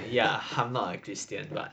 ya I'm not a christian but